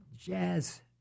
jazz